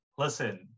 Listen